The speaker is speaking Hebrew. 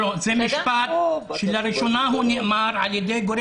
זה משפט שלראשונה נאמר על ידי גורם מוסמך.